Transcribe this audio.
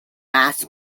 mass